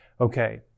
Okay